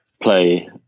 play